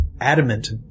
adamant